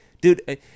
dude